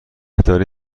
داری